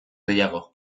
gehiago